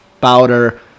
powder